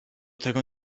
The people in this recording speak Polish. tego